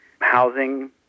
housing